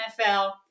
NFL